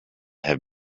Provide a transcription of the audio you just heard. have